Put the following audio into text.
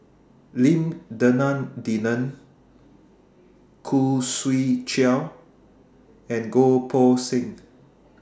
Lim Denan Denon Khoo Swee Chiow and Goh Poh Seng